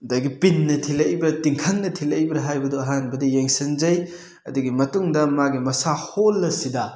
ꯑꯗꯒꯤ ꯄꯤꯟꯅ ꯊꯤꯜꯂꯛꯏꯕ꯭ꯔꯥ ꯇꯤꯡꯈꯪꯅ ꯊꯤꯜꯂꯛꯏꯕ꯭ꯔꯥ ꯍꯥꯏꯕꯗꯨ ꯑꯍꯥꯟꯕꯗ ꯌꯦꯡꯁꯤꯟꯖꯩ ꯑꯗꯨꯒꯤ ꯃꯇꯨꯡꯗ ꯃꯥꯒꯤ ꯃꯁꯥ ꯍꯣꯜ ꯑꯁꯤꯗ